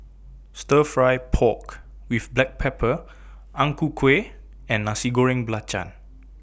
Stir Fry Pork with Black Pepper Ang Ku Kueh and Nasi Goreng Belacan